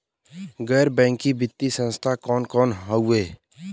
गैर बैकिंग वित्तीय संस्थान कौन कौन हउवे?